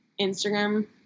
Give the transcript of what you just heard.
Instagram